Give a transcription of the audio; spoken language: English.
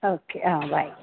okay bye